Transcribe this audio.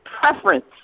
preference